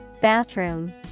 Bathroom